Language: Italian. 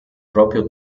proprio